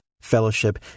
fellowship